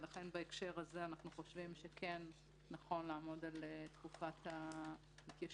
לכן בהקשר הזה נכון לעמוד על תקופת ההתיישנות